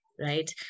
right